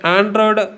Android